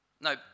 No